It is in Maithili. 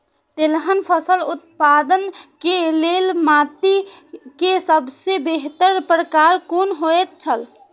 तेलहन फसल उत्पादन के लेल माटी के सबसे बेहतर प्रकार कुन होएत छल?